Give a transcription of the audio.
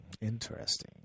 Interesting